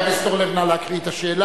בבקשה.